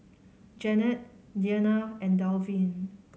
Janette Deana and Dalvin